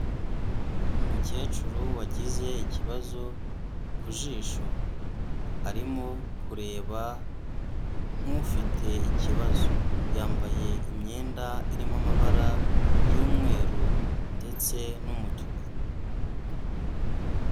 Umukecuru wagize ikibazo ku jisho arimo kureba nk'ufite ikibazo, yambaye imyenda irimo amabara y'umweru ndetse n'umutuku.